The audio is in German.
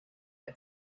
der